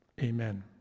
Amen